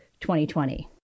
2020